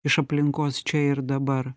iš aplinkos čia ir dabar